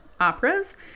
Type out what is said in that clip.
operas